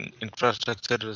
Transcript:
infrastructure